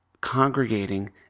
congregating